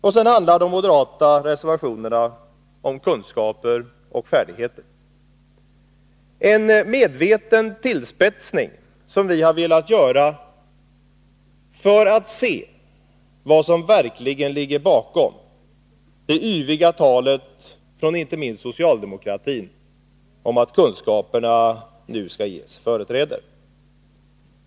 Och så handlar de moderata reservationerna om kunskaper och färdigheter — en medveten tillspetsning som vi har velat göra för att se vad som verkligen ligger bakom det yviga talet från inte minst socialdemokratin om att kunskaperna nu skall ges företräde.